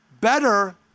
better